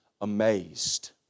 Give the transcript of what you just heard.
amazed